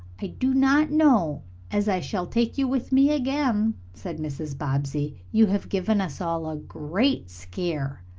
i do not know as i shall take you with me again, said mrs. bobbsey. you have given us all a great scare.